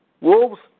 Wolves